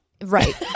right